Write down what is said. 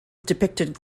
depicted